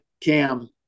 Cam